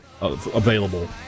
available